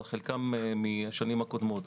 אבל חלקם מן השנים הקודמות,